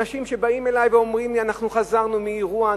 אנשים באים אלי ואומרים לי: אנחנו חזרנו מאירוע,